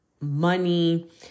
money